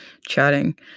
chatting